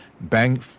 bank